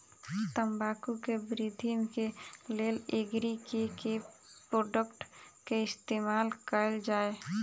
तम्बाकू केँ वृद्धि केँ लेल एग्री केँ के प्रोडक्ट केँ इस्तेमाल कैल जाय?